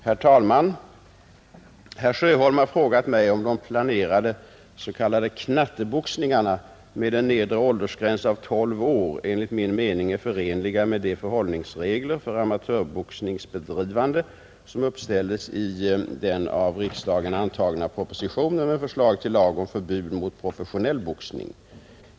Herr talman! Herr Sjöholm har frågat mig om de planerade s.k. knatteboxningarna med en nedre åldersgräns av tolv år enligt min mening är förenliga med de förhållningsregler för amatörboxnings bedrivande som uppställdes i den av riksdagen antagna propositionen med förslag till lag om förbud mot professionell boxning.